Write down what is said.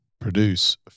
produce